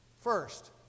First